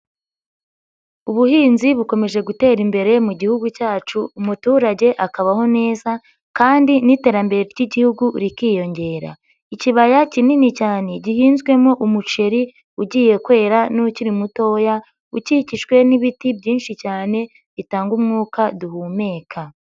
Ubuhinzi bukomeje gutera imbere mu gihugu cyacu umuturage akabaho neza kandi n'iterambere ry'igihugu rikiyongera, ikibaya kinini cyane gihinzwemo umuceri ugiye kwera n'ukiri mutoya ukikijwe n'ibiti byinshi cyane bitanga umwuka duhumeka.